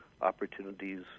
opportunities